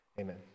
amen